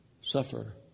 suffer